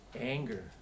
anger